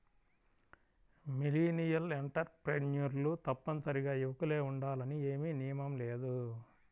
millennial ఎంటర్ప్రెన్యూర్లు తప్పనిసరిగా యువకులే ఉండాలని ఏమీ నియమం లేదు